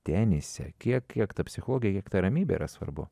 tenise kiek kiek ta psichologija kiek ta ramybė yra svarbu